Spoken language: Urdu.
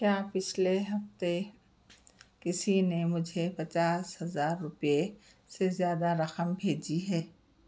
کیا پچھلے ہفتے کسی نے مجھے پچاس ہزار روپئے سے زیادہ رقم بھیجی ہے